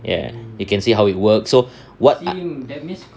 ya you can see how it works so what